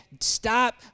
stop